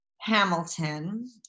Hamilton